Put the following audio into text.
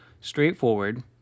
straightforward